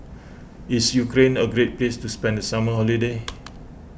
is Ukraine a great place to spend the summer holiday